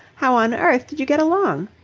how on earth did you get along?